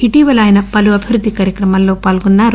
ఇటీవల ఆయన పలు అభివృద్ధి కార్యక్రమాల్లో పాల్గొన్నారు